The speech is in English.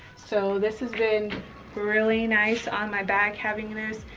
so this has been really nice on my back, having this.